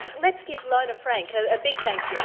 let's give lone frank a big